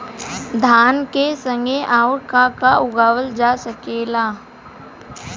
धान के संगे आऊर का का उगावल जा सकेला?